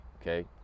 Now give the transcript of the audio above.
okay